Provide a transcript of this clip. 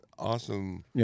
awesome